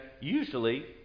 usually